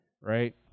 right